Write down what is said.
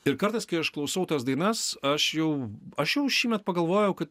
ir kartais kai aš klausau tas dainas aš jau aš jau šįmet pagalvojau kad